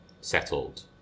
settled